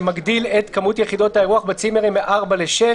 שמגדיל את כמות יחידות האירוח בצימרים מארבע לשש,